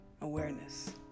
awareness